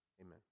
amen